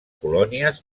colònies